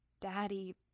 daddy